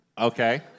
Okay